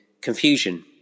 confusion